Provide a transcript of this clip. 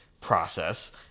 process